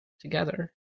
together